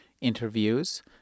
interviews